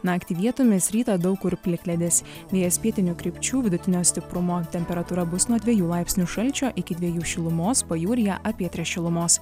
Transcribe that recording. naktį vietomis rytą daug kur plikledis vėjas pietinių krypčių vidutinio stiprumo temperatūra bus nuo dviejų laipsnių šalčio iki dviejų šilumos pajūryje apie tris šilumos